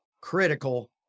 critical